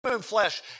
flesh